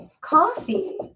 coffee